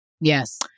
Yes